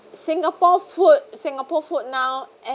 singapore food singapore food now